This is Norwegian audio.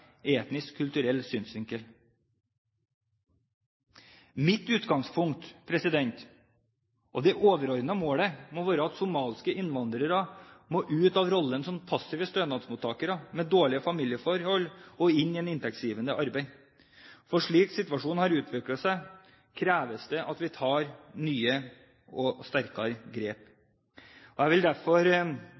etnisk kulturell synsvinkel. Mitt utgangspunkt og det overordnede målet må være at somaliske innvandrere må ut av rollen som passive stønadsmottakere med dårlige familieforhold og inn i inntektsgivende arbeid, for slik situasjonen har utviklet seg, kreves det at vi tar nye og sterkere grep. Jeg vil derfor,